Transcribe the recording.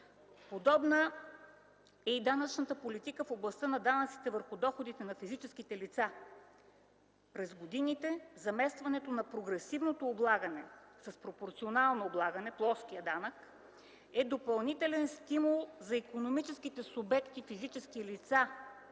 Подобна е и данъчната политика в областта на данъците върху доходите на физическите лица. През годините заместването на прогресивното облагане с пропорционално облагане – плоският данък, е допълнителен стимул за икономическите субекти – физически лица,